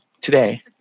today